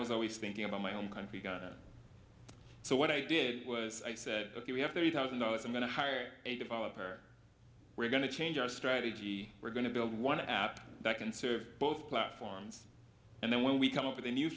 was always thinking about my own country so what i did was i said ok we have thirty thousand dollars i'm going to hire a developer we're going to change our strategy we're going to build one app that can serve both platforms and then when we come up with a new